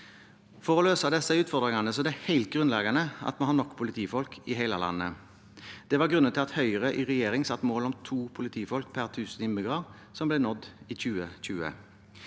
For å løse disse utfordringene er det helt grunnleggende at vi har nok politifolk i hele landet. Det var grunnen til at Høyre i regjering satte mål om to politifolk per 1 000 innbyggere, noe som ble nådd i 2020.